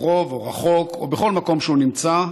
קרוב או רחוק או בכל מקום שהוא נמצא,